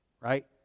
Right